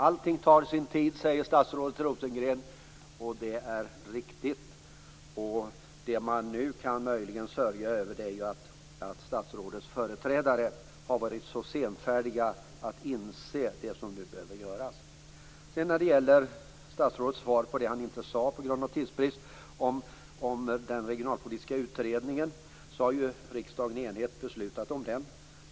Allting tar sin tid, säger statsrådet Rosengren, och det är riktigt. Det man nu möjligen kan sörja över är att statsrådets företrädare har varit så senfärdiga att inse det som nu behöver göras. Den del av statsrådets skrivna svar som han inte läste upp på grund av tidsbrist gällde den regionalpolitiska utredningen. Riksdagen har i enighet beslutat om den.